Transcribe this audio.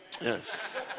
Yes